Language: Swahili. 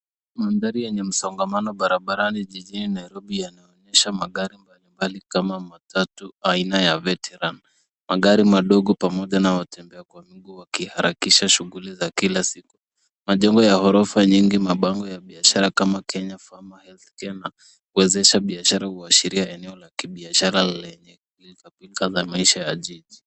Mandhari yenye msongamano barabarani jijini Nairobi yanaonyesha magari mbalimbali kama matatu aina ya Veteran .Magari madogo pamoja na watembea kwa mguu wakiharakisha shughuli za kila siku. Majengo ya orofa nyingi, mabango ya biashara kama Kenya Farmer Health huwezesha biashara huashiria eneo la kibiashara lenye kuleta pilka za maisha ya jiji.